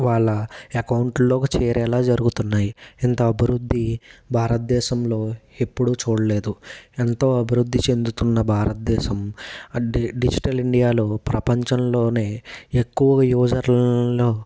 వాళ్ళ అకౌంట్లోకి చేరేలా జరుగుతున్నాయి ఇంత అభివృద్ధి భారతదేశంలో ఎప్పుడూ చూడలేదు ఎంతో అభివృద్ధి చెందుతున్న భారతదేశం అంటే డిజిటల్ ఇండియాలో ప్రపంచంలోనే ఎక్కువగా యూజర్లలో